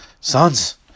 Sons